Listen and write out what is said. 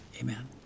amen